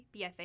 BFA